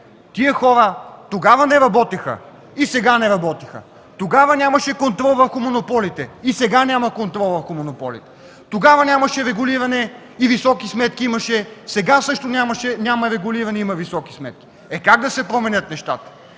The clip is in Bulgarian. Тези хора и тогава не работеха, и сега не работеха! Тогава нямаше контрол върху монополите и сега няма контрол върху монополите! Тогава нямаше регулиране, имаше високи сметки – сега също няма регулиране и има високи сметки! Е, как да се променят нещата?